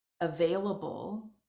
available